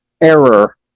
error